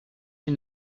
you